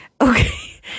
Okay